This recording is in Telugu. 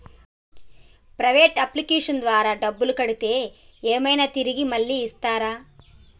ప్రైవేట్ అప్లికేషన్ల ద్వారా డబ్బులు కడితే ఏమైనా తిరిగి మళ్ళీ ఇస్తరా?